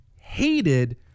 hated